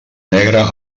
negra